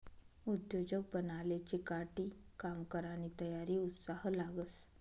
उद्योजक बनाले चिकाटी, काम करानी तयारी, उत्साह लागस